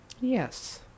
Yes